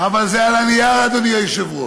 אבל זה על הנייר, אדוני היושב-ראש.